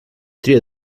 tria